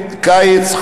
קיץ,